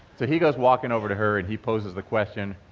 so he goes walking over to her, and he poses the question,